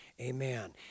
Amen